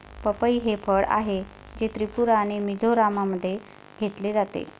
पपई हे फळ आहे, जे त्रिपुरा आणि मिझोराममध्ये घेतले जाते